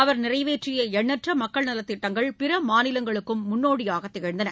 அவர் நிறைவேற்றிய எண்ணற்ற மக்கள் நலத்திட்டங்கள் பிற மாநிலங்களுக்கும் முன்னோடியாக திகழ்ந்தன